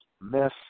miss